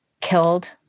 killed